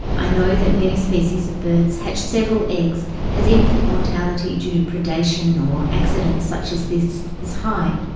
i know that many species of bird hatch several eggs as infant mortality due to predation or accidents such as this is high.